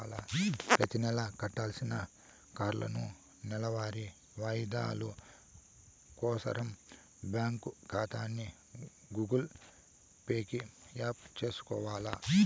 ప్రతినెలా కట్టాల్సిన కార్లోనూ, నెలవారీ వాయిదాలు కోసరం బ్యాంకు కాతాని గూగుల్ పే కి యాప్ సేసుకొవాల